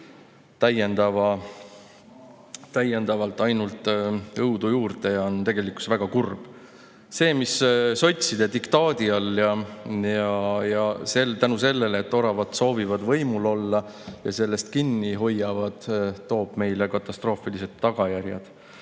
täiendavalt jõudu juurde, ja see on tegelikult väga kurb. See, mis [toimub] sotside diktaadi all ja seetõttu, et oravad soovivad võimul olla ja sellest kinni hoiavad, toob meile katastroofilised tagajärjed.